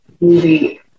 movie